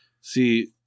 See